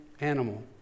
animal